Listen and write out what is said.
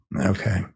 Okay